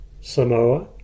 Samoa